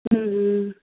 ਹਮ